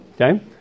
Okay